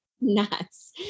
Nuts